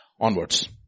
onwards